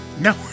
No